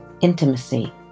intimacy